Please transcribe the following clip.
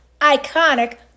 iconic